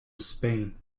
spain